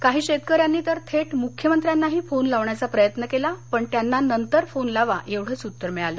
काही शेतकन्यांनी थेट मुख्यमंत्र्यांनाही फोन लावण्याचा प्रयत्न केला पण त्यांना नंतर फोन लावा एवढंच उत्तर मिळालं